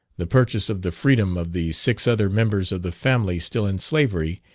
the purchase of the freedom of the six other members of the family still in slavery,